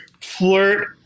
flirt